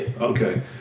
Okay